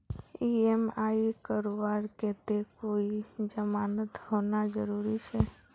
EMI करवार केते कोई जमानत होना जरूरी छे?